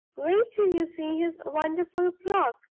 wait till you see his wonderful clock!